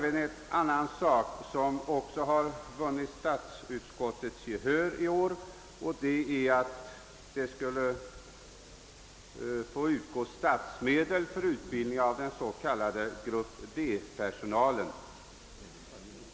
Ett annat förslag som vunnit statsutskottets gehör i år innebär att det skall lämnas bidrag av statsmedel för utbildning av s.k. B-personal.